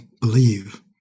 believe